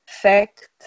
fact